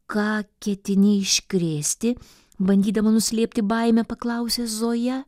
ką ketini iškrėsti bandydama nuslėpti baimę paklausė zoja